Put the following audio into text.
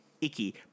icky